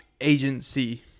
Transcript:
agency